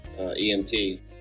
EMT